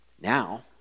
Now